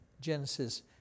Genesis